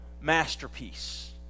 masterpiece